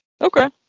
Okay